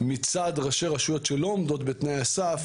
מצד ראשי רשויות שלא עומדות בתנאי הסף